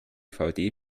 dvd